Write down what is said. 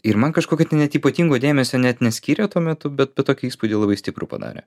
ir man kažkokio ten net ypatingo dėmesio net neskyrė tuo metu bet bet tokį įspūdį labai stiprų padarė